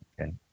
Okay